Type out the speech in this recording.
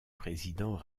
président